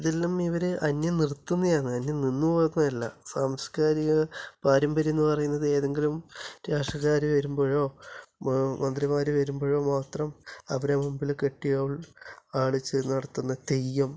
ഇതെല്ലാം ഇവർ അന്യം നിര്ത്തുന്ന ആണ് അന്യം നിന്നു പോകുന്നത് അല്ല സാംസ്കാരിക പാരമ്പര്യം എന്ന് പറയുന്നത് ഏതെങ്കിലും രാഷ്ട്രിയക്കാർ വരുമ്പോഴോ മ മന്ത്രിമാർ വരുമ്പോഴോ മാത്രം അവരെ മുൻപിൽ കെട്ടി ആടിച്ചു നടത്തുന്ന തെയ്യം